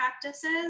practices